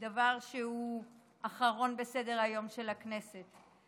הדבר האחרון בסדר-היום של הכנסת.